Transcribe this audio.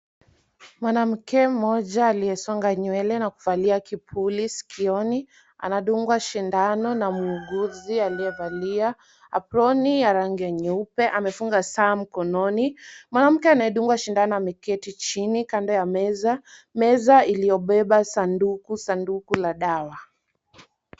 Mwanamke mmoja aliyesonga nywele na kuvalia kipuli sikioni, anadungwa sindano na muuguzi aliyevalia aproni ya rangi ya nyeupe, amefunga saa mkononi, mwanamke anayedungwa sindano ameketi chini kando ya meza, meza iliyobeba sanduku, sanduku la dawa.